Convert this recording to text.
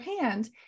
hand